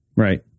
Right